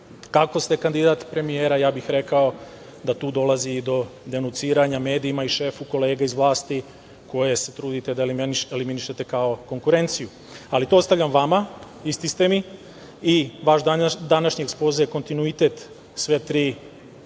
kako ste kandidat premijera, ja bih rekao da tu dolazi do denuciranja medijima i šefu kolega iz vlasti koje se trudite da eliminišete kao konkurenciju, ali to ostavljam vama i vaš današnji ekspoze, kontinuitet sve tri